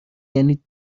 یعنی